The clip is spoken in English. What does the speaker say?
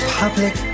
public